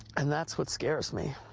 and that's what scares me.